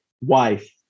wife